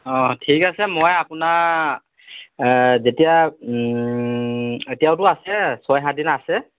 অঁ ঠিক আছে মই আপোনাৰ যেতিয়া এতিয়াওতো আছে ছয় সাতদিন আছে